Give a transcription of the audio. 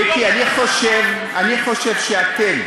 מיקי, אני חושב, אני חושב שאתם,